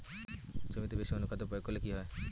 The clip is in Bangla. জমিতে বেশি অনুখাদ্য প্রয়োগ করলে কি হয়?